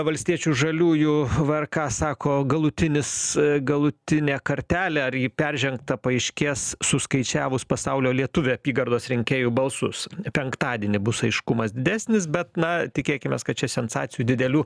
valstiečių žaliųjų vkr sako galutinis galutinė kartelė ar ji peržengta paaiškės suskaičiavus pasaulio lietuvė apygardos rinkėjų balsus penktadienį bus aiškumas didesnis bet na tikėkimės kad čia sensacijų didelių